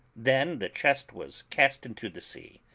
then the chest was cast into the sea,